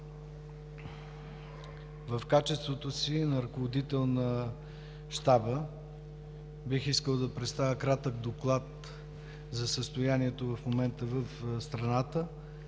В качеството си на ръководител на Щаба бих искал да представя кратък доклад за състоянието в момента в страната,